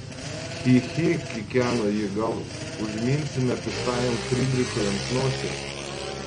chi chi kikeno ji gal užminsime piktajam frydrichui ant nosies